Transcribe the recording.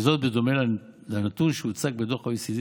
וזאת בדומה לנתון שהוצג בדוח ה-OECD